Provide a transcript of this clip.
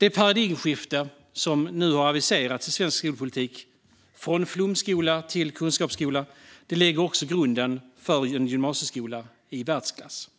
Det paradigmskifte som nu har aviserats i svensk skolpolitik - från flumskola till kunskapsskola - lägger grunden för en gymnasieskola i världsklass